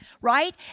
right